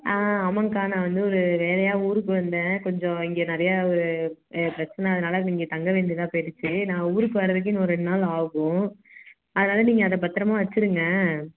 ஆ ஆமாங்கக்கா நான் வந்து ஒரு வேலையாக ஊருக்கு வந்தேன் கொஞ்சம் இங்கே நிறையா ஒரு பிரச்சனை அதனால் இங்கே தங்கவேண்டியதாக போயிருச்சு நான் ஊருக்கு வர்றதுக்கு இன்னும் ஒரு ரெண்டு நாள் ஆகும் அதனால் நீங்கள் அத பத்ரமாக வச்சுருங்க